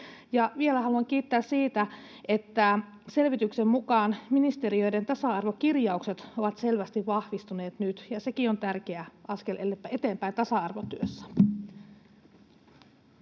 vielä haluan kiittää siitä, että selvityksen mukaan ministeriöiden tasa-arvokirjaukset ovat selvästi vahvistuneet nyt, ja sekin on tärkeä askel eteenpäin tasa-arvotyössä.